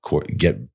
get